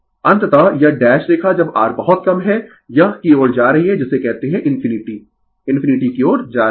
अंततः यह डैश रेखा जब R बहुत कम है यह की ओर जा रही है जिसे कहते है इनफिनिटी इनफिनिटी की ओर जा रही है